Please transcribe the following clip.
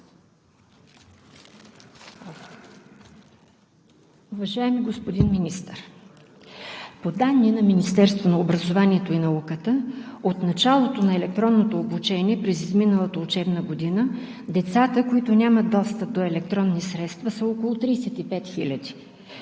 Уважаеми господин Министър, по данни на Министерството на образованието и науката от началото на електронното обучение през изминалата учебна година децата, които нямат достъп до електронни средства, са около 35